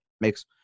Makes